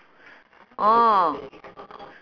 orh